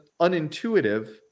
unintuitive